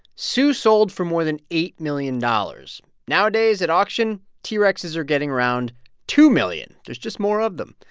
sue sold for more than eight million dollars. nowadays at auction, t. rexes are getting around two million. there's just more of them.